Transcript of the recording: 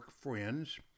friends